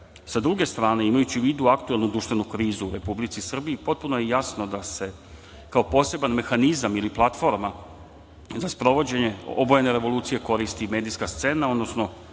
druge strane, imajući u vidu aktuelnu društvenu krizu u Republici Srbiji, potpuno je jasno da se kao poseban mehanizam ili platforma za sprovođenje obojene revolucije koristi medijska scena, odnosno